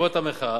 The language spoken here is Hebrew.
בעקבות המחאה,